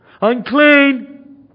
Unclean